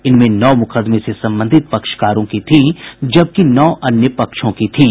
इनमें नौ मुकदमे से संबंधित पक्षकारों की थीं जबकि नौ अन्य पक्षों की थीं